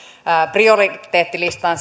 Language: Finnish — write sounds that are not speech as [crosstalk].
prioriteettilistassaan [unintelligible]